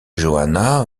johanna